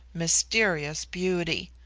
mysterious beauty.